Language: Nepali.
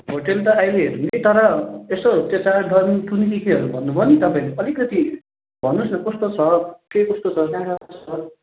होटल त अहिले हेरौँ कि तर यसो कुनि के केहरू भन्नु भयो नि तपाईँले अलिकति भन्नुहोस् न कस्तो छ के कस्तो छ कहाँ कहाँ कस्तो छ